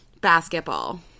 Basketball